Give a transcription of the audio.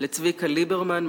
לצביקה ליברמן,